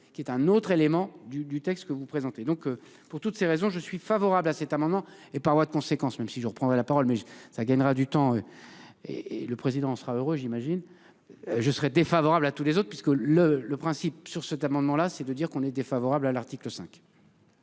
qui est un autre élément du du texte que vous présentez donc pour toutes ces raisons, je suis favorable à cet amendement et par voie de conséquence, même si je reprendrai la parole mais ça gagnera du temps. Et, et le président sera heureux, j'imagine. Je serai défavorable à tous les autres, parce que le le principe sur cet amendement-là c'est de dire qu'on est défavorable à l'article 5.